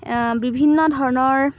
বিভিন্ন ধৰণৰ